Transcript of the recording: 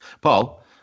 Paul